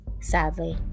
sadly